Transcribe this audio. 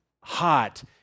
hot